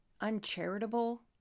uncharitable